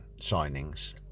signings